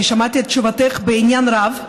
אני שמעתי את תשובתך בעניין רב,